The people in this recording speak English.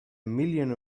million